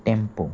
tempo